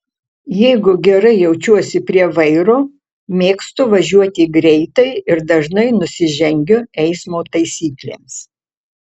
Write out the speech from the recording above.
jeigu gerai jaučiuosi prie vairo mėgstu važiuoti greitai ir dažnai nusižengiu eismo taisyklėms